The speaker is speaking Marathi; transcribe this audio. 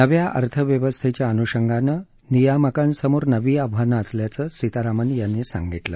नव्या अर्थव्यवस्थेच्या अनुषंगानं नियामकांसमोर नवीन आव्हानं असल्याचं सीतारमण यांनी सांगितलं